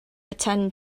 attend